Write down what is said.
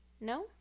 No